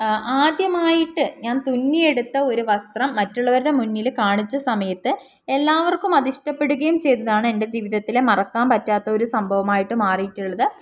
ആദ്യമായിട്ട് ഞാൻ തുന്നിയെടുത്ത ഒരു വസ്ത്രം മറ്റുള്ളവരുടെ മുന്നിൽ കാണിച്ച സമയത്ത് എല്ലാവർക്കും അത് ഇഷ്ടപ്പെടുകയും ചെയ്തതാണ് എൻ്റെ ജീവിതത്തിലെ മറക്കാൻ പറ്റാത്ത ഒരു സംഭവമായിട്ട് മാറിയിട്ടുള്ളത്